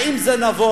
האם זה נבון,